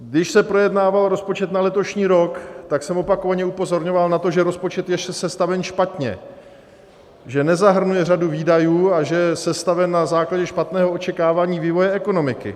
Když se projednával rozpočet na letošní rok, tak jsem opakovaně upozorňoval na to, že rozpočet je sestaven špatně, že nezahrnuje řadu výdajů a že je sestaven na základě špatného očekávání vývoje ekonomiky.